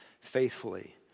faithfully